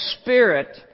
spirit